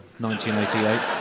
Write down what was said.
1988